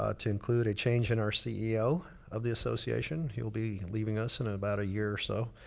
ah to include a change in our ceo of the association. he will be leaving us in about a year or so.